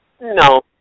No